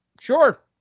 Sure